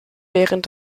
während